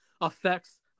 affects